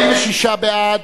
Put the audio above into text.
46 בעד,